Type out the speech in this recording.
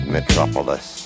Metropolis